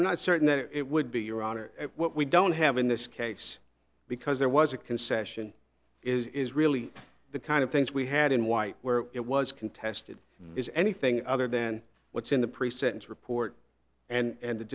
i'm not certain that it would be your honor what we don't have in this case because there was a concession is really the kind of things we had in white where it was contested is anything other than what's in the pre sentence report and